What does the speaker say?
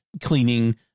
cleaning